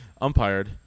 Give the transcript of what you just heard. Umpired